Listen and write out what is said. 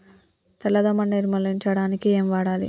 తెల్ల దోమ నిర్ములించడానికి ఏం వాడాలి?